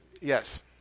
Yes